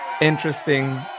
interesting